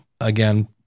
again